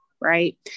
Right